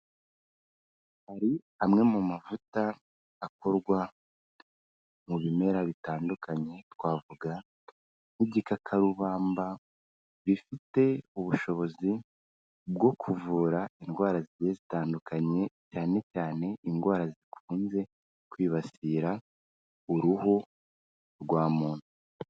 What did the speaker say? Hari amwe mu mavuta akorwa mu bimera bitandukanye, twavuga nk'igikakarubamba, bifite ubushobozi bwo kuvura indwara zigiye zitandukanye, cyane cyane indwara zikunze kwibasira uruhu rwa muntu.